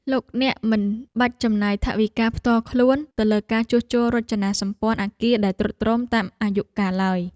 លោកអ្នកមិនបាច់ចំណាយថវិកាផ្ទាល់ខ្លួនទៅលើការជួសជុលរចនាសម្ព័ន្ធអគារដែលទ្រុឌទ្រោមតាមអាយុកាលឡើយ។